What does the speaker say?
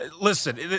Listen